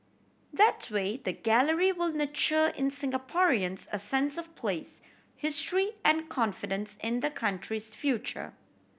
that way the gallery will nurture in Singaporeans a sense of place history and confidence in the country's future